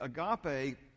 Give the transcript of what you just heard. agape